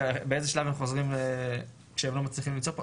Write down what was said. ובאיזה שלב הם חוזרים כשהם לא מצליחים למצוא פה,